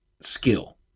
skill